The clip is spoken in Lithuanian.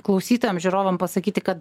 klausytojam žiūrovam pasakyti kad